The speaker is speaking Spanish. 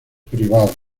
privado